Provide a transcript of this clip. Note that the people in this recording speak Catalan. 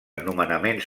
nomenaments